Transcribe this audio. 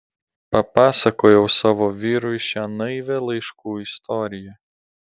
papasakojau savo vyrui šią naivią laiškų istoriją